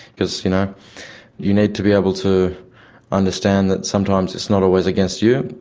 because you know you need to be able to understand that sometimes it's not always against you,